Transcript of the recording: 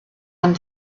and